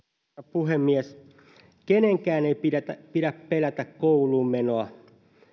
puhemies kenenkään ei pidä pidä pelätä kouluun menoa